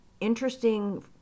interesting